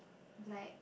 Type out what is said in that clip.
black